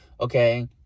Okay